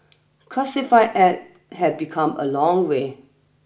classified ads have become a long way